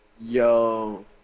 Yo